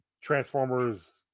Transformers